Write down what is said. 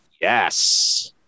Yes